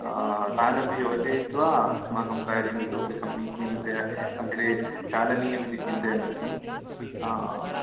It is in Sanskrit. तानपि योजयित्वा अस्माकं कार्यम् इतोपि समीचीनतया अग्रे चालनीयममिति चिन्तयन्नस्मि